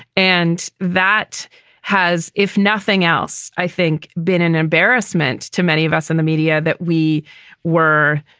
and that has, if nothing else, i think, been an embarrassment to many of us in the media that we were